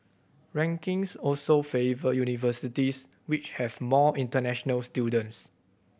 rankings also favour universities which have more international students